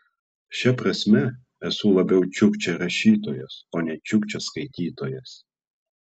šia prasme esu labiau čiukčia rašytojas o ne čiukčia skaitytojas